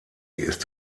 ist